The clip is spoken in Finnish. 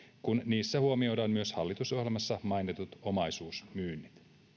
kun niissä huomioidaan myös hallitusohjelmassa mainitut omaisuusmyynnit